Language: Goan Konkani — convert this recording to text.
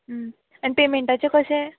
आनी पेमेंटाचें कशें